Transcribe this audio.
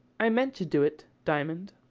i meant to do it, diamond.